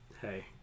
Hey